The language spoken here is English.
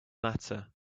matter